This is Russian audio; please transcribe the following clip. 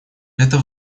это